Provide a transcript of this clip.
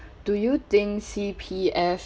do you think C_P_F